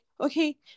okay